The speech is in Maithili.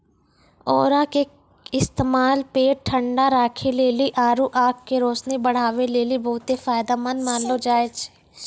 औरा के इस्तेमाल पेट ठंडा राखै लेली आरु आंख के रोशनी बढ़ाबै लेली बहुते फायदामंद मानलो जाय छै